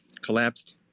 collapsed